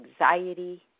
anxiety